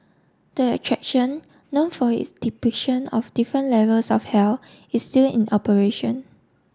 the attraction know for its depiction of different levels of hell is still in operation